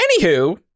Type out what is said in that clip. Anywho